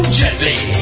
gently